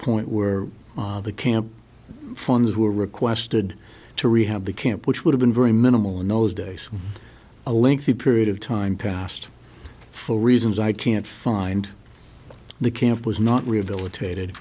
point where the camp funds were requested to rehab the camp which would have been very minimal in those days a lengthy period of time passed for reasons i can't find the camp was not rehabilitated